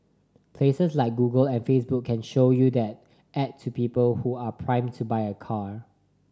places like Google and Facebook can show you that ad to people who are primed to buy a car